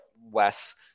Wes